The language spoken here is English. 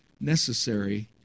necessary